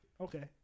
Okay